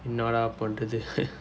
என்னடா பன்னுவது:ennadaa pannuvadhu